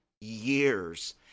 years